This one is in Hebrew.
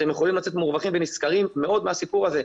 אתם יכולים לצאת מורווחים ונשכרים מאוד מהסיפור הזה.